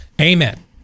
amen